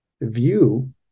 view